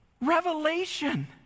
Revelation